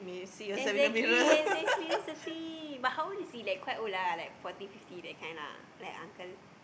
exactly exactly that's the thing but how old is he like quite old lah like forty fifty that kind lah like uncle